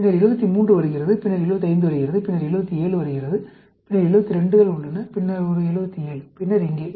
பின்னர் 73 வருகிறது பின்னர் 75 வருகிறது பின்னர் 77 வருகிறது இரண்டு 77 கள் உள்ளன இங்கே ஒரு 77 பின்னர் இங்கே